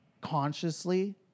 Consciously